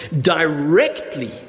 directly